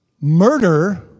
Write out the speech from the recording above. murder